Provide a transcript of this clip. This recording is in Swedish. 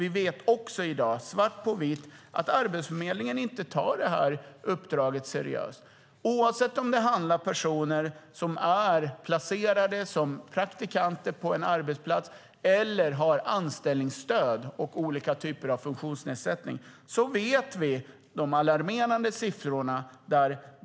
Vi vet också i dag, svart på vitt, att Arbetsförmedlingen inte tar uppdraget seriöst, oavsett om det handlar om personer som är placerade som praktikanter på en arbetsplats eller har anställningsstöd och olika typer av funktionsnedsättning. Det är alarmerande siffror.